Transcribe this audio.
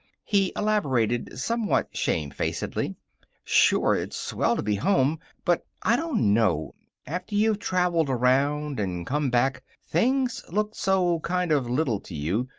he elaborated somewhat shamefacedly sure. it's swell to be home. but i don't know. after you've traveled around, and come back, things look so kind of little to you.